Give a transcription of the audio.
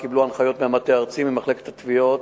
הם קיבלו הנחיות מהמטה הארצי, ממחלקת התביעות,